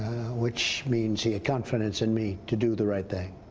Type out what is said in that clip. which means he had confidence in me to do the right thing.